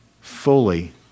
fully